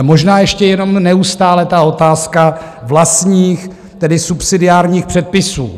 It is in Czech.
A možná ještě jenom neustále ta otázka vlastních, tedy subsidiárních předpisů.